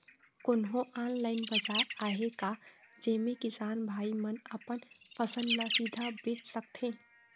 कोन्हो ऑनलाइन बाजार आहे का जेमे किसान भाई मन अपन फसल ला सीधा बेच सकथें?